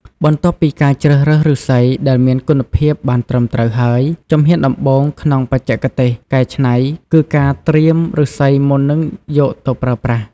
បន្ទាប់ពីការជ្រើសរើសឫស្សីដែលមានគុណភាពបានត្រឹមត្រូវហើយ ជំហានដំបូងក្នុងបច្ចេកទេសកែច្នៃគឺការត្រៀមឫស្សីមុននឹងយកទៅប្រើប្រាស់។